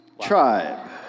tribe